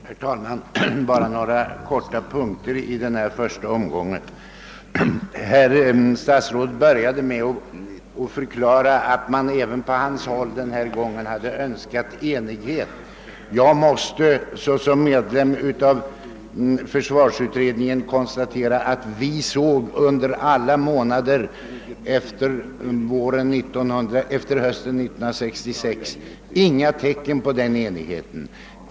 Herr talman! Jag skall i denna första omgång bara i korthet ta upp ett par punkter i försvarsministerns anförande. Statsrådet började med att förklara att man även på hans håll hade önskat enighet. Jag måste såsom medlem av försvarsutredningen konstatera, att vi under tiden efter hösten 1966 inte sett några tecken på vilja att åstadkomma en sådan enighet.